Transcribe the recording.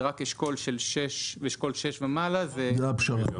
ורק אשכול של 6 ומעלה זה מיליון.